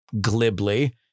glibly